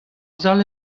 sal